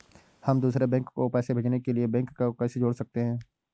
हम दूसरे बैंक को पैसे भेजने के लिए बैंक को कैसे जोड़ सकते हैं?